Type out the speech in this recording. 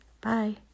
Bye